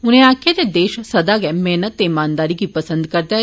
उनें आक्खेआ जे देश सदा मेहनत ते इमानदारी गी पसिंद करदा ऐ